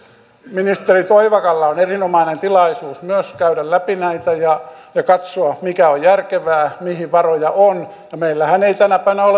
nyt ministeri toivakalla on erinomainen tilaisuus myös käydä läpi näitä ja katsoa mikä on järkevää mihin varoja on ja meillähän ei tänä päivänä ole varoja vaan velkaa